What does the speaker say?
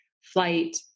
flight